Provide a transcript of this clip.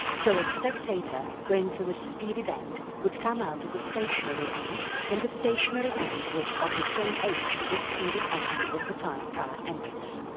so, a spectator going through the speeded end would come out of the stationary end when the stationary end was of the same age that the speeded end was the time prior entrance.